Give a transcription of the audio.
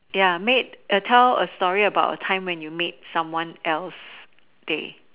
ya made tell a story about a time where you made someone else's day